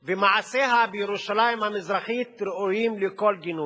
ומעשיה בירושלים המזרחית ראויים לכל גינוי.